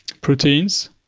proteins